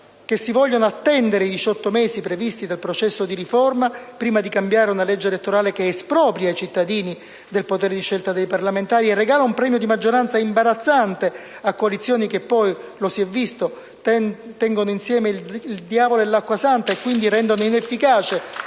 che si vogliano attendere i diciotto mesi previsti dal processo di riforma prima di cambiare una legge elettorale che espropria i cittadini del potere di scelta dei parlamentari e regala un premio di maggioranza imbarazzante a coalizioni che poi - lo si è visto - tengono insieme il diavolo e l'acqua santa, e quindi rendono inefficace